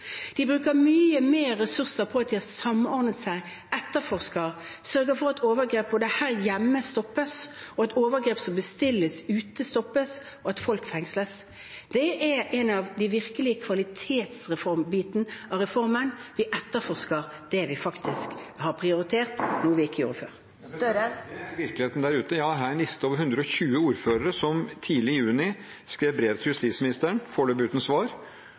De bruker mye mer ressurser på at de har samordnet seg, etterforsker, sørger for at overgrep her hjemme stoppes, og at overgrep som bestilles ute, stoppes, og at folk fengsles. Det er en virkelig kvalitetsdel av reformen. Vi etterforsker det vi faktisk har prioritert, noe vi ikke gjorde før. Det er ikke virkeligheten der ute. Jeg har her en liste over 120 ordførere som tidlig i juni skrev brev til justisministeren, foreløpig uten svar,